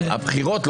הבחירות.